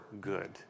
good